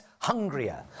Hungrier